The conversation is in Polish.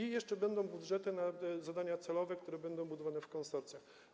I jeszcze będą budżety na zadania celowe, które będą budowane w konsorcjach.